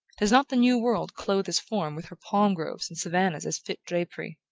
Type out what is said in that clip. does not the new world clothe his form with her palm-groves and savannahs as fit drapery?